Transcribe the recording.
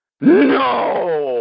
No